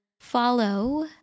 follow